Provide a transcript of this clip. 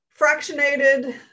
fractionated